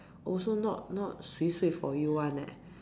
also not not swee swee for you [one] leh